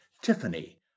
Tiffany